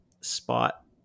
spot